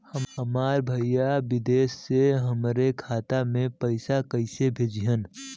हमार भईया विदेश से हमारे खाता में पैसा कैसे भेजिह्न्न?